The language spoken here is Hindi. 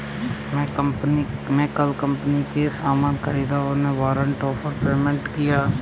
मैं कल कंपनी से सामान ख़रीदा और उन्हें वारंट ऑफ़ पेमेंट दिया